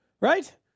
Right